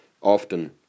often